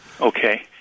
Okay